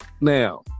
now